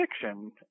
fiction